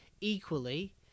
equally